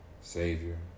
Savior